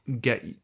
get